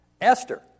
Esther